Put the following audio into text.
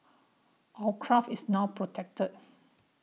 our craft is now protected